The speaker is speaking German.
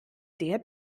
der